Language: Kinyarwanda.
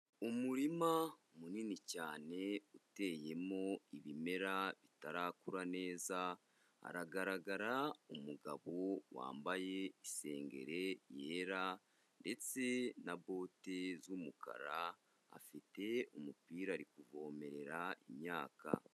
Umurima munini cyane uteyemo ibimera bitarakura neza, haragaragara umugabo wambaye iengeri yera ndetse na bote z'umukara, afite umupira ari kuvomerera imyaka.